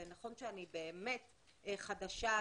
ונכון שאני באמת חדשה,